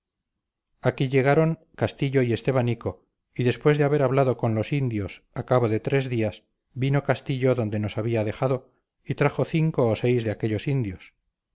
ello aquí llegaron castillo y estebanico y después de haber hablado con los indios a cabo de tres días vino castillo adonde nos había dejado y trajo cinco o seis de aquellos indios